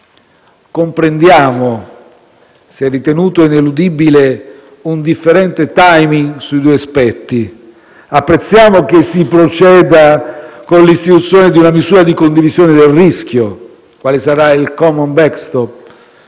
Comprendiamo che sia ritenuto ineludibile un differente *timing* su due aspetti; apprezziamo che si proceda con l'istituzione di una misura di condivisione del rischio, quale sarà il *common backstop*